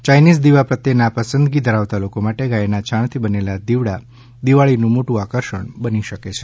યાઇનીઝ દિવા પ્રત્યે નાપસંદગી ધરાવતા લોકો માટે ગાયના છાણથી બનેલા દિવડા દિવાળીનું મોટું આકર્ષણ બની ગયા છે